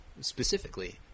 specifically